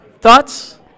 Thoughts